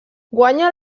guanya